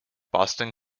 boston